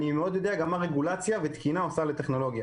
אני גם יודע מה רגולציה ותקינה עושות לטכנולוגיה,